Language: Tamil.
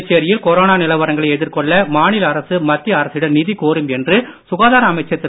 புதுச்சேரியில் கொரோனா நிலவரங்களை எதிர்கொள்ள மாநில அரசு மத்திய அரசிடம் நிதி கோரும் என்று சுகாதார அமைச்சர் திரு